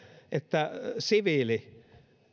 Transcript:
että siviili